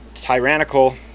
tyrannical